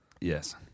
Yes